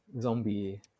Zombie